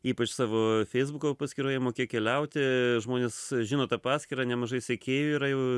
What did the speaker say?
ypač savo feisbuko paskyroje mokėk keliauti žmonės žino tą paskyrą nemažai sekėjų yra jau